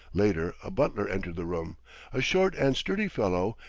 later, a butler entered the room a short and sturdy fellow,